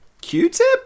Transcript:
Q-Tip